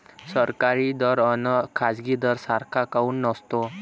सरकारी दर अन खाजगी दर सारखा काऊन नसतो?